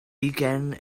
ugain